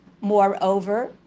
Moreover